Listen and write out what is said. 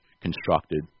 constructed